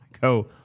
Go